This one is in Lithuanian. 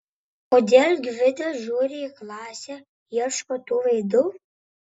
kodėl gvidas žiūri į klasę ieško tų veidų